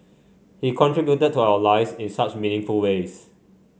he contributed to our lives in such meaningful ways